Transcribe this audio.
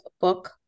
book